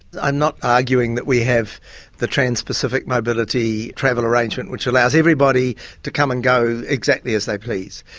i'm not arguing that we have the trans-pacific mobility travel arrangement which allows everybody to come and go exactly as they please.